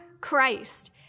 Christ